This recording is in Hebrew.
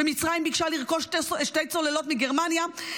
ומצרים ביקשה לרכוש שתי צוללות מגרמניה,